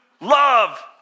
love